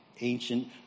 ancient